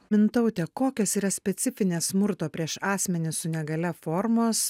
mintaute kokios yra specifinės smurto prieš asmenį su negalia formos